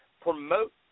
promote